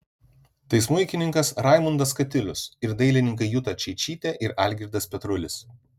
tai smuikininkas raimundas katilius ir dailininkai juta čeičytė ir algirdas petrulis